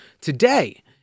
today